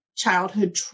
childhood